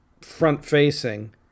front-facing